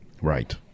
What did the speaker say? Right